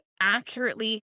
accurately